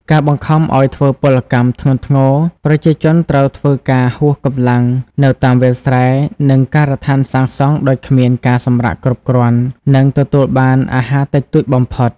ការបង្ខំឲ្យធ្វើពលកម្មធ្ងន់ធ្ងរ ប្រជាជនត្រូវធ្វើការហួសកម្លាំងនៅតាមវាលស្រែ និងការដ្ឋានសាងសង់ដោយគ្មានការសម្រាកគ្រប់គ្រាន់ និងទទួលបានអាហារតិចតួចបំផុត។